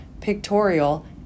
pictorial